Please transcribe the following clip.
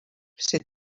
c’est